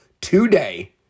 Today